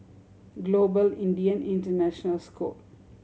Global Indian International School